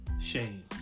shame